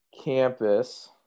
Campus